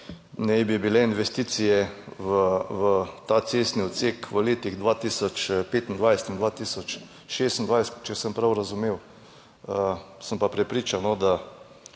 naj bi bile investicije v ta cestni odsek v letih 2025 in 2026, če sem prav razumel. Sem pa prepričan, da